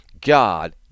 God